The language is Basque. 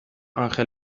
anjel